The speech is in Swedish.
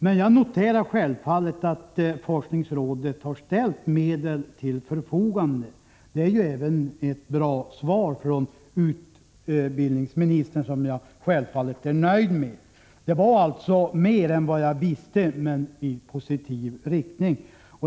Jag noterar självfallet att forskningsrådet har ställt medel till förfogande. Det är ju ett bra svar, som jag självfallet är nöjd med. Detta var mer än vad jag kände till, men det var en positiv sak.